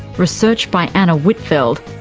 research by anna whitfeld,